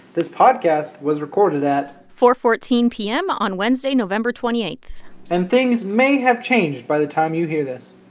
this podcast was recorded at. four fourteen p m. on wednesday, november twenty eight point and things may have changed by the time you hear this.